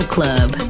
Club